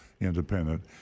independent